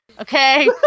Okay